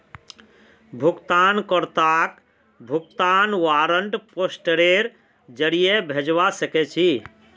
भुगतान कर्ताक भुगतान वारन्ट पोस्टेर जरीये भेजवा सके छी